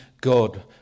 God